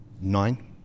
Nine